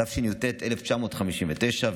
התשי"ט 1959,